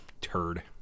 turd